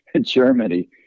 Germany